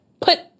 put